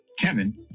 Kevin